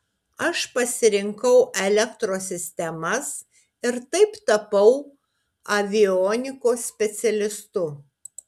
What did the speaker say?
aš pasirinkau elektros sistemas ir taip tapau avionikos specialistu